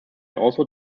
also